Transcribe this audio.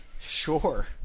Sure